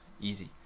Easy